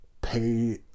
pay